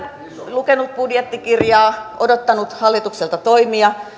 lukenut budjettikirjaa odottanut hallitukselta toimia